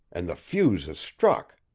and the fuse is struck.